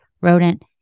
rodent